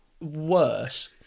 worse